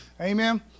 Amen